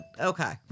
Okay